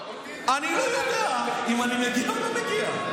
אם לא יודע אם אני מגיע או לא מגיע.